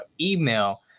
email